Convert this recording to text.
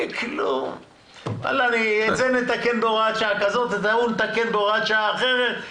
אבל את זה אני מתקן בהוראת שעה כזו ואת ההוא נתקן בהוראת שעה אחרת.